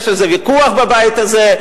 יש על זה ויכוח בבית הזה,